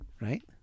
Right